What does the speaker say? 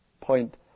point